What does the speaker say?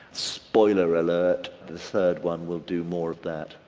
spoiler alert, the third one will do more of that.